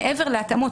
מעבר להתאמות,